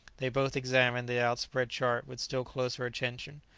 they both examined the outspread chart with still closer attention.